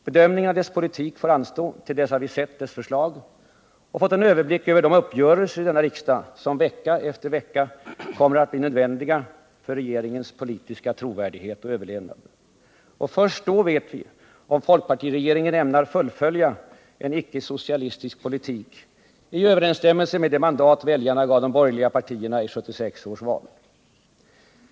Bedömningen av dess politik får anstå till dess att vi sett förslag och fått en överblick över de uppgörelser i denna riksdag som vecka efter vecka kommer att bli nödvändiga för regeringens politiska trovärdighet och överlevnad. Och först då vet vi om folkpartiregeringen ämnar fullfölja en icke-socialistisk politik i överensstämmelse med det mandat väljarna gav de borgerliga partierna i 1976 års val.